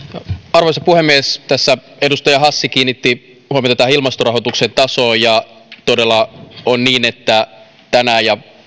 arvoisa puhemies edustaja hassi kiinnitti huomiota ilmastorahoituksen tasoon ja todella on niin että